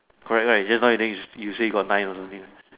correct right just now you doing you say you got nine or something right